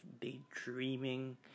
daydreaming